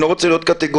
אני לא רוצה להיות קטגורי